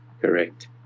Correct